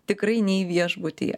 tikrai nei viešbutyje